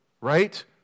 right